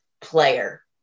player